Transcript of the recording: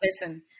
Listen